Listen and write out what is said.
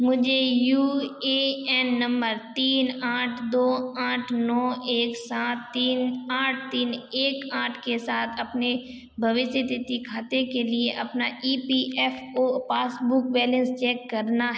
मुझे U A N number तीन आठ दो आठ नौ एक सात तीन आठ तीन एक आठ के साथ अपने भविष्य तिथि खाते के लिए अपना E P F O passbook balance check करना